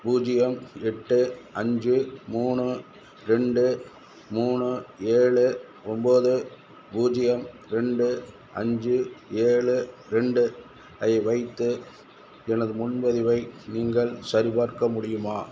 பூஜ்ஜியம் எட்டு அஞ்சு மூணு ரெண்டு மூணு ஏழு ஒம்போது பூஜ்ஜியம் ரெண்டு அஞ்சு ஏழு ரெண்டு ஐ வைத்து எனது முன்பதிவை நீங்கள் சரிபார்க்க முடியுமா